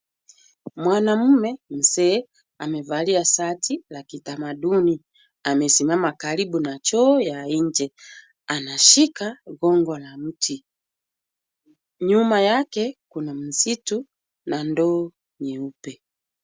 Mwanamume mzee amevalia shati la kitamaduni. Amesimama karibu na choo ya nje. Anashika gongo la mti. Nyuma yake kuna msitu na ndoo nyeupe.